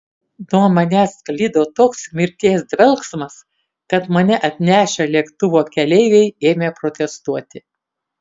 nuo manęs sklido toks mirties dvelksmas kad mane atnešę lėktuvo keleiviai ėmė protestuoti